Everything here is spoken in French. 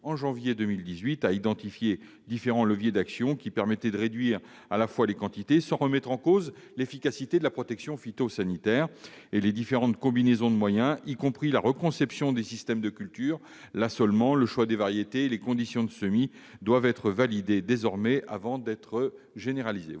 en janvier 2018 a identifié des leviers d'action qui permettraient de réduire les quantités utilisées, sans remettre en cause l'efficacité de la protection phytosanitaire. Les différentes combinaisons de moyens, y compris la « reconception » des systèmes de culture- assolement ; choix de variété ; conditions de semis -doivent désormais être validées avant d'être généralisées.